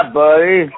buddy